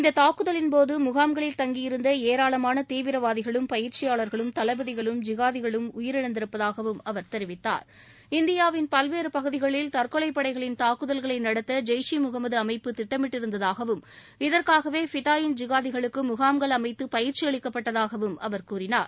இந்த தாக்குதலின்போது முகாம்களில் தங்கியிருந்த ஏராளமான தீவிரவாதிகளும் பயிற்சியாளா்களும் தளபதிகளும் ஜிகாதிகளும் உயிரிழந்திருப்பதாகவும் அவர் தெரிவித்தார் இந்தியாவின் பல்வேறு பகுதிகளில் தற்கொலை படைகளின் தாக்குதல்களை நடத்த ஜெய்ஷ் ஈ முகமது அமைப்பு திட்டமிட்டிருந்ததாகவும் இதற்காகவே ஃபிதாயின் ஜிகாதிகளுக்கு முகாம்கள் அமைத்து பயிற்சி அளிக்கப்பட்டதாகவும் அவர் கூறினார்